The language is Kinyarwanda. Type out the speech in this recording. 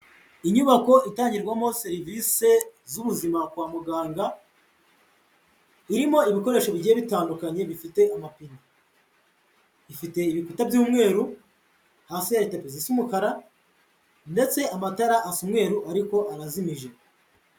Inyubako itangirwamo serivise z'ubuzima kwa muganga, irimo ibikoresho bigiye bitandukanye bifite amapine. Ifite ibikuta by'umweru, hasi hari tapi zisa umukara ndetse amatara asa umweru ariko arazimije.